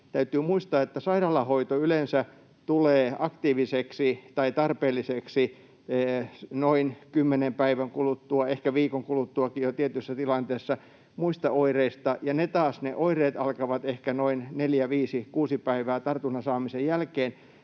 Täytyy muistaa, että sairaalahoito yleensä tulee aktiiviseksi tai tarpeelliseksi noin kymmenen päivän kuluttua, ehkä tietyissä tilanteissa jo viikonkin kuluttua muista oireista ja ne oireet taas alkavat ehkä noin 4, 5, 6 päivää tartunnan saamisen jälkeen.